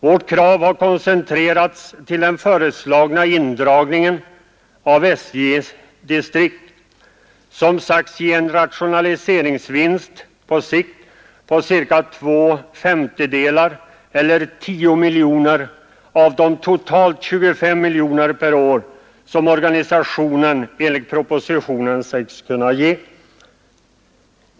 Vårt krav har koncentrerats till den föreslagna indragningen av SJ-distrikt, som sagts ge en rationaliseringsvinst på sikt på cirka två femtedelar eller ca 10 miljoner av de totalt 25 miljoner per år som omorganisationen enligt propositionen sägs kunna ge.